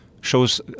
shows